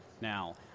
now